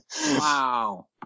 Wow